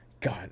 god